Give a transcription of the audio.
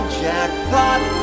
jackpot